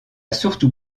surtout